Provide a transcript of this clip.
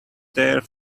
there